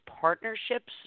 partnerships